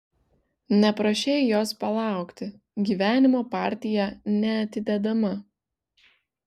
neprašei jos palaukti gyvenimo partija neatidedama